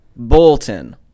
Bolton